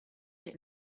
der